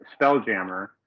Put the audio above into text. Spelljammer